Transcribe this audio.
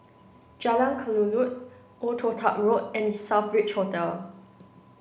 Jalan Kelulut Old Toh Tuck Road and The Southbridge Hotel